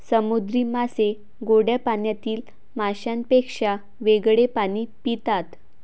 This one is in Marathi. समुद्री मासे गोड्या पाण्यातील माशांपेक्षा वेगळे पाणी पितात